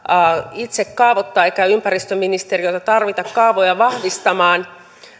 itse kaavoittaa eikä ympäristöministeriötä tarvita kaavoja vahvistamaan